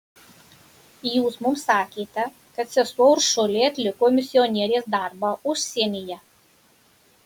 jūs mums sakėte kad sesuo uršulė atliko misionierės darbą užsienyje